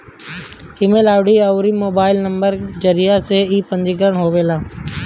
email ID अउरी mobile number के जरिया से इ पंजीकरण होत हवे